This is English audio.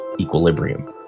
equilibrium